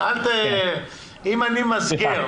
אם אני מסגר